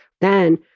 Then-